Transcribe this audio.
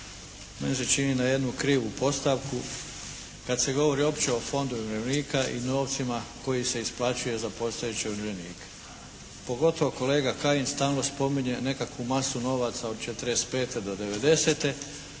meni se čini na jednu krivu podstavku kad se govori uopće o Fondu umirovljenika i novcima koji se isplaćuje za postojeće umirovljenike. Pogotovo kolega Kajin stalno spominje nekakvu masu novaca od '45. do '90.,